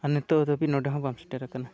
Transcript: ᱟᱨ ᱱᱤᱛᱚᱜ ᱫᱷᱟᱹᱵᱤᱡ ᱱᱚᱰᱮ ᱦᱚᱸ ᱵᱟᱢ ᱥᱮᱴᱮᱨ ᱠᱟᱱᱟ